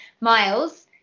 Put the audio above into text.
miles